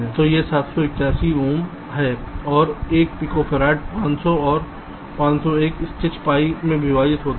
तो यह 781 ओम है और 1 पिकोफैर्ड 500 और 501 स्टिच पाई में विभाजित है